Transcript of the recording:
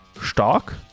stark